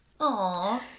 Aw